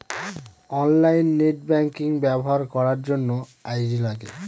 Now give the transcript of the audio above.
online net banking ব্যবহার করার জন্য আই.ডি লাগে